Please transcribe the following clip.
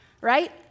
right